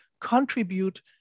contribute